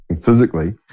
physically